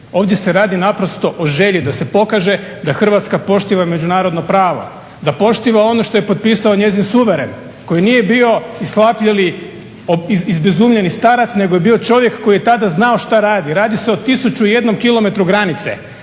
Ovdje se radi naprosto o želji da se pokaže da Hrvatska poštiva međunarodno pravo, da poštiva ono što je potpisao njezin suveren koji nije bio ishlapjeli, izbezumljeni starac nego je bio čovjek koji je tada znao što radi. Radi se o 1001 km granice,